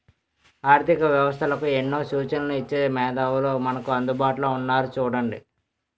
ఆర్థిక వ్యవస్థలకు ఎన్నో సూచనలు ఇచ్చే మేధావులు మనకు అందుబాటులో ఉన్నారు చూడండి